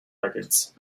records